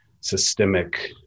systemic